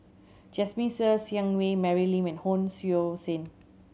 Jasmine Ser Xiang Wei Mary Lim and Hon Sui Sen